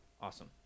Awesome